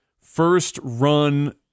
first-run